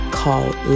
called